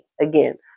Again